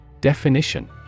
Definition